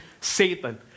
Satan